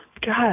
God